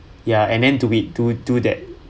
ya and then do we do do that